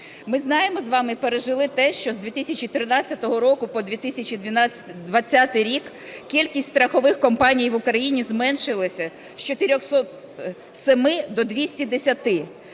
Ми знаємо з вами і пережили те, що з 2013 року по 2020 рік кількість страхових компаній в Україні зменшилася з 407 до 210.